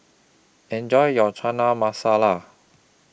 Enjoy your Chana Masala